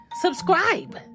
Subscribe